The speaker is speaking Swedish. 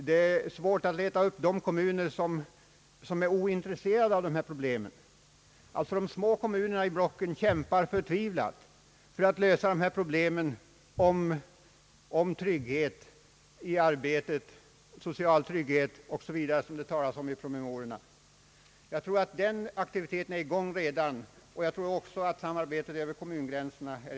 Det är svårt att leta upp kommuner, som är ointresserade av dessa problem. De små kommunerna i blocken kämpar förtvivlat för att lösa problemen om arbete och social trygghet osv. som det talas så mycket om i promemoriorna. Jag tror att den aktiviteten redan är i gång, att samarbetet över kommungränserna pågår.